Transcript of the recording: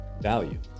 value